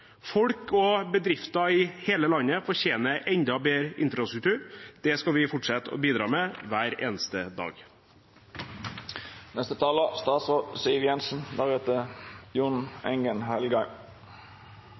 Folk og bedrifter i hele landet fortjener enda bedre infrastruktur – det skal vi fortsette å bidra med hver eneste dag.